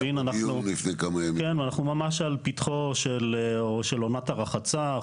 ואנחנו ממש על פתחה של עונת הרחצה,